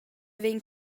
vegn